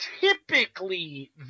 typically